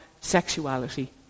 sexuality